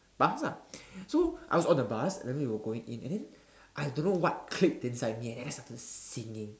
bus lah so I was on the bus and then we were going in and then I don't know what clicked inside me and then I started singing